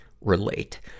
relate